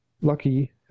lucky